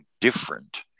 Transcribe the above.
different